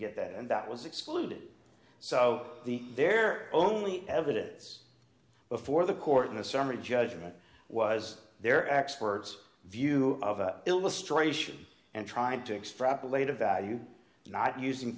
get that and that was excluded so the their only evidence before the court in a summary judgment was their experts view of illustration and trying to extrapolate a value not using